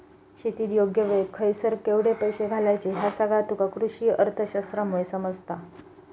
शेतीत योग्य वेळेक खयसर केवढे पैशे घालायचे ह्या सगळा तुका कृषीअर्थशास्त्रामुळे समजता